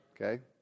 Okay